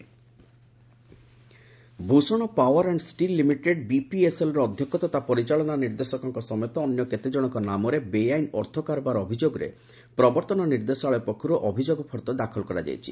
ED Bhushan steel Bhushan power and steel limited ବିପିଏସ୍ଏଲ୍ର ଅଧ୍ୟକ୍ଷ ତଥା ପରିଚାଳନା ନିର୍ଦ୍ଦେଶକଙ୍କ ସମେତ ଅନ୍ୟ କେତେଜଣଙ୍କ ନାମରେ ବେଆଇନ ଅର୍ଥ କାରବାର ଅଭିଯୋଗରେ ପ୍ରବର୍ତ୍ତନ ନିର୍ଦ୍ଦେଶାଳୟ ପକ୍ଷରୁ ଅଭିଯୋଗ ଫର୍ଦ୍ଦ ଦାଖଲ କରାଯାଇଛି